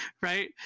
right